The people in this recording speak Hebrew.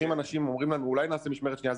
שולחים אנשים, אומרים לנו אולי נעשה משמרת שנייה.